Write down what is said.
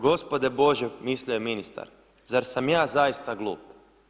Gospode Bože, mislio je ministar, zar sam ja zaista glup?